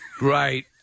Right